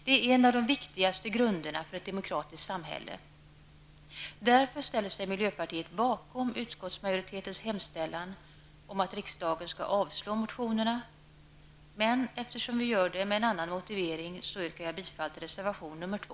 Det är en av de viktigaste grunderna för ett demokratiskt samhälle. Därför ställer sig miljöpartiet bakom utskottsmajoritetens hemställan att riksdagen skall avslå motionerna, men eftersom vi gör det med en annan motivering än majoriteten yrkar jag bifall till reservation nr 2.